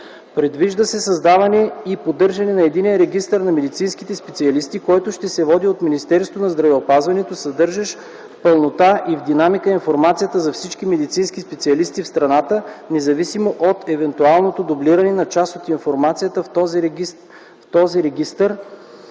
Предвижда се създаване и поддържане на единен регистър на медицинските специалисти, който ще се води от Министерството на здравеопазването, съдържащ в пълнота и в динамика информацията за всички медицински специалисти в страната, независимо от евентуалното дублиране на част от информацията в този регистър